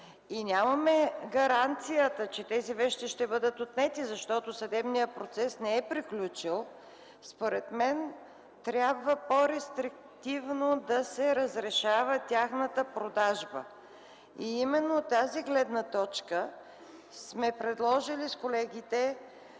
и нямаме гаранцията, че тези вещи ще бъдат отнети, защото съдебният процес не е приключил, според мен трябва по-рестриктивно да се разрешава тяхната продажба. Именно от тази гледна точка сме предложили с колегите